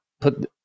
put –